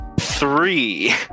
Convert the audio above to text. three